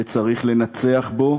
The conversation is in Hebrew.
וצריך לנצח בו,